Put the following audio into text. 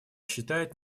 считает